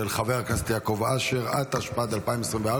התשפ"ד 2024,